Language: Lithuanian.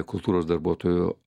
kultūros darbuotojų